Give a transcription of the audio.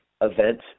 event